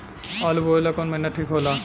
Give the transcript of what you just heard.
आलू बोए ला कवन महीना ठीक हो ला?